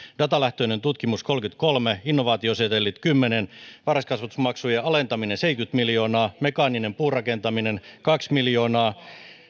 datalähtöinen tutkimus kolmekymmentäkolme innovaatiosetelit kymmenen varhaiskasvatusmaksujen alentaminen seitsemänkymmentä miljoonaa mekaaninen puurakentaminen kaksi miljoonaa